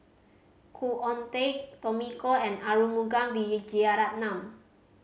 Khoo Oon Teik Tommy Koh and Arumugam Vijiaratnam